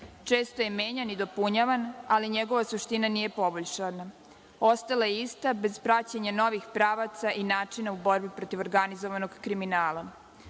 Često je menjan i dopunjavan, ali njegova suština nije poboljšana. Ostala je ista bez praćenje novih pravaca i načina u borbi protiv organizovanog kriminala.U